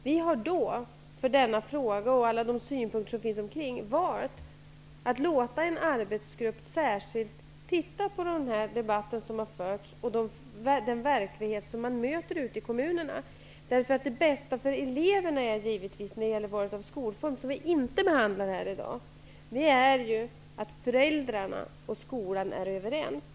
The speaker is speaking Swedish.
Vi har vad gäller denna fråga och alla de synpunkter som finns omkring valt att låta en arbetsgrupp titta särskilt på den debatt som har förts och på den verklighet som man möter ute i kommunerna. Det bästa för eleverna när det gäller val av skolform -- en fråga vi inte behandlar här i dag -- är givetvis att föräldrarna ock skolan är överens.